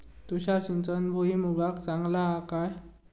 तुषार सिंचन भुईमुगाक चांगला हा काय?